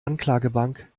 anklagebank